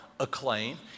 Acclaim